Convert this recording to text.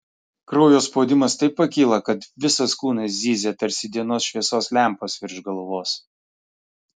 kraujo spaudimas taip pakyla kad visas kūnas zyzia tarsi dienos šviesos lempos virš galvos